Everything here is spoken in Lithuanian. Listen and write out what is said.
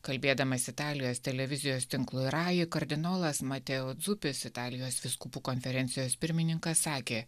kalbėdamas italijos televizijos tinklui rai kardinolas mateo dzupis italijos vyskupų konferencijos pirmininkas sakė